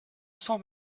cent